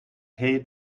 hailed